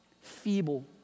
feeble